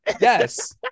Yes